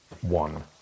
one